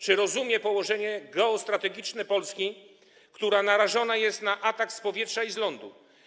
Czy rozumie położenie geostrategiczne Polski, która narażona jest na atak z powietrza i z lądu?